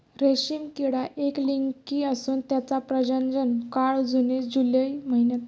रेशीम किडा एकलिंगी असून त्याचा प्रजनन काळ जून जुलै महिन्यात असतो